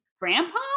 grandpa